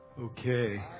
Okay